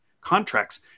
contracts